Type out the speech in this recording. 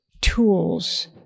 tools